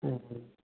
ꯎꯝ ꯎꯝ